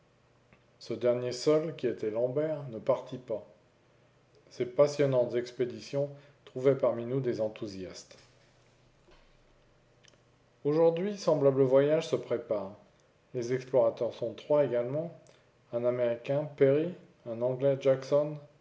ce dernier seul qui était lambert ne partit pas ces passionnantes expéditions trouvaient parmi nous des enthousiastes aujourd'hui semblables voyages se préparent les explorateurs sont trois également un américain peary un anglais jakson